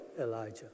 Elijah